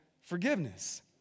forgiveness